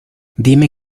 dime